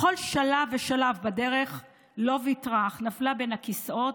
בכל שלב ושלב בדרך לא ויתרה, אך נפלה בין הכיסאות,